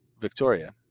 Victoria